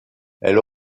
elle